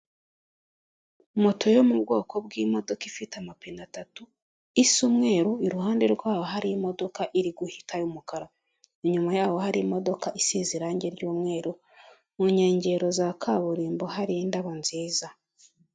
Moto yo mu bwoko bw'imodoka ifite amapine atatu isa umweru iruhande rwaho hari imodoka iri guhita umukara, inyuma yaho hari imodoka isize irangi ry'umweru mu nkengero za kaburimbo hari indabo nziza.